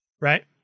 right